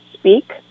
speak